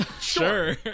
Sure